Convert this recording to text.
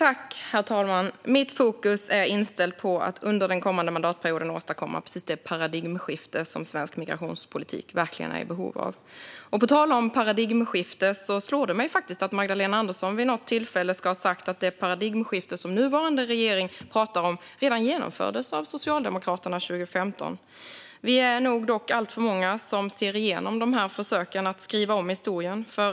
Herr talman! Mitt fokus är inställt på att under den kommande mandatperioden åstadkomma det paradigmskifte som svensk migrationspolitik verkligen är i behov av. På tal om paradigmskifte slog det mig att Magdalena Andersson vid något tillfälle ska ha sagt att det paradigmskifte som nuvarande regering pratar om redan genomfördes av Socialdemokraterna 2015. Vi är nog dock alltför många som ser igenom detta försök att skriva om historien.